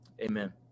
amen